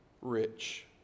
rich